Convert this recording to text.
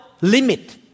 limit